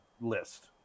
list